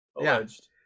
alleged